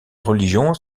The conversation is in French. religions